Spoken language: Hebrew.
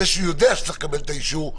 זה שהוא יודע שצריך לקבל את האישור,